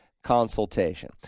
Consultation